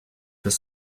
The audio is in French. peut